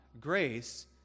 grace